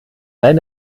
sein